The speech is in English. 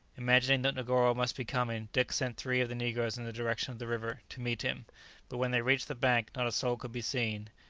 imagining that negoro must be coming, dick sent three of the negroes in the direction of the river to meet him but when they reached the bank not a soul could be seen,